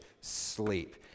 sleep